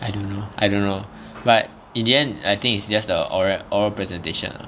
I don't know I don't know but in the end I think it's just the oral oral presentation lah